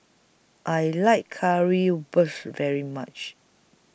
I like Currywurst very much